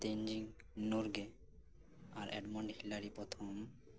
ᱛᱮᱱᱡᱤᱝ ᱱᱩᱨᱜᱮ ᱟᱨ ᱮᱰᱢᱚᱸᱰᱤ ᱠᱷᱤᱞᱟᱲᱤ ᱯᱨᱚᱛᱷᱚᱢ